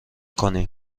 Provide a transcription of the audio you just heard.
کنیم